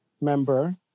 member